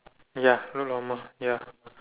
ya look normal ya